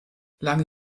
lange